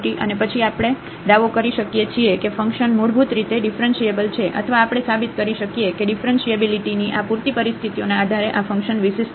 અને પછી આપણે દાવો કરી શકીએ છીએ કે ફંક્શન મૂળભૂત રીતે ઙીફરન્શીએબલ છે અથવા આપણે સાબિત કરી શકીએ કે ઙીફરન્શીએબીલીટીની આ પૂરતી પરિસ્થિતિઓના આધારે આ ફંકશન વિશિષ્ટ છે